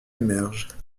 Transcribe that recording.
émerge